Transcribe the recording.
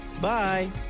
Bye